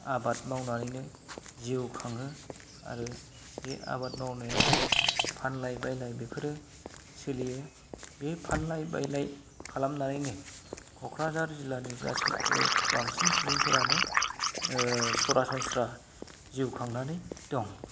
आबाद मावनानैनो जिउ खाङो आरो बे आबाद मावनायाव फानलाय बायलाय बेफोरो सोलियो बे फानलाय बायलाय खालामनानैनो क'क्राझार जिल्लानि गासै बांसिन सुबुंफोरानो सरासन्स्रा जिउ खांनानै दं